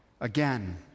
again